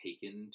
taken